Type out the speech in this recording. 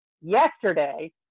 Yesterday